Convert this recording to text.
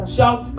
Shout